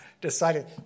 decided